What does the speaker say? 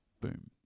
Boom